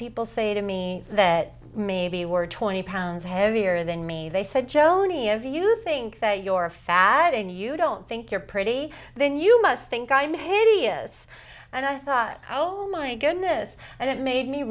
people say to me that maybe were twenty pounds heavier than me they said joni of you think that your fat and you don't think you're pretty then you must think i'm harry is and i thought oh my goodness and it made me